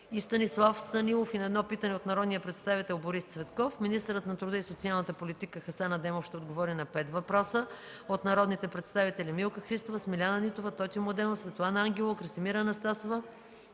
и Станислав Станилов и на едно питане от народния представител Борис Цветков. Министърът на труда и социалната политика Хасан Адемов ще отговори на пет въпроса от народните представители Милка Христова, Смиляна Нитова, Тотю Младенов, Светлана Ангелова и Красимира Анастасова